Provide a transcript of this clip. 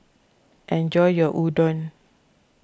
enjoy your Udon